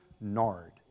nard